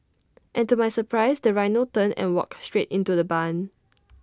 and to my surprise the rhino turned and walked straight into the barn